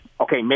okay